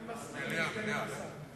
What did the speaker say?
אני מסכים עם סגנית השר.